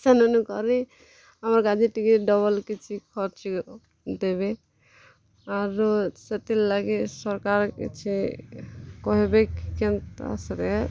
ସେନୁନୁ କରି ଆମର୍ କାଜି ଟିକେ ଡବଲ୍ କିଛି ଖର୍ଚ୍ଚ ଦେବେ ଆରୁ ସେଥିର୍ ଲାଗି ସର୍କାର୍ କିଛି କହେବେ କେନ୍ତା ସୁରେ